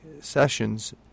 Sessions